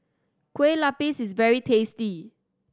Kueh Lapis is very tasty